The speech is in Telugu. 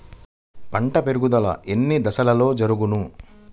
పంట పెరుగుదల ఎన్ని దశలలో జరుగును?